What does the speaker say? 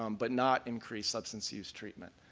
um but not increase substance use treatment.